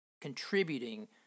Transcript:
contributing